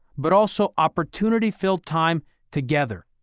but also opportunity filled time together.